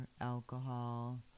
alcohol